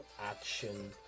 action